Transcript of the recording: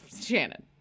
Shannon